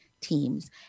teams